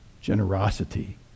generosity